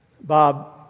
Bob